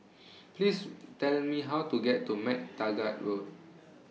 Please Tell Me How to get to MacTaggart Road